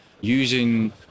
using